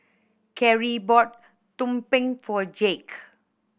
Carie bought tumpeng for Jake